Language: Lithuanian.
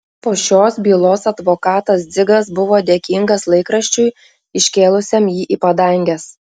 po šios bylos advokatas dzigas buvo dėkingas laikraščiui iškėlusiam jį į padanges